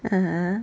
(uh huh)